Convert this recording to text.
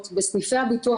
נורית אין ספק שהסיפור של